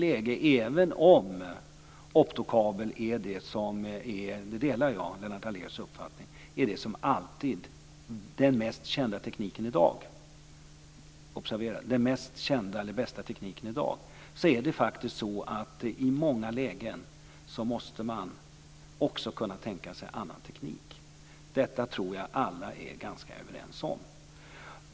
Även om optokabel är den mest kända och bästa tekniken i dag, observera: den mest kända och bästa tekniken i dag, där delar jag Lennart Daléus uppfattning, måste man också i många lägen kunna tänka sig annan teknik. Det tror jag att alla är ganska överens om.